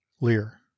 Lear